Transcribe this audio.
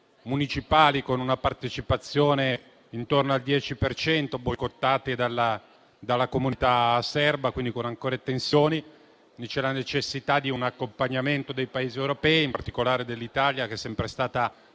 municipali con una partecipazione intorno al 10 per cento, boicottate dalla comunità serba e con alcune tensioni. C’è quindi la necessità di un accompagnamento dei Paesi europei, in particolare dell’Italia, che è sempre stata